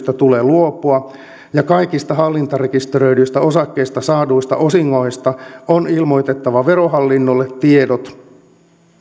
tulee luopua ja kaikista hallintarekisteröidyistä osakkeista saaduista osingoista on ilmoitettava verohallinnolle tiedot